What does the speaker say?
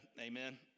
Amen